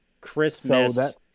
Christmas